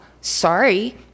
Sorry